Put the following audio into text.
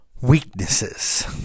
weaknesses